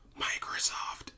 Microsoft